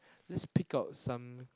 let's pick out some